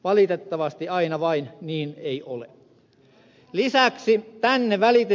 valitettavasti aina vain niin ei ole